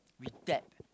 with that